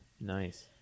Nice